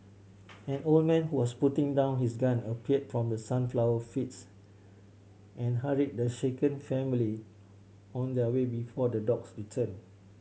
an old man who was putting down his gun appeared from the sunflower fields and hurried the shaken family on their way before the dogs return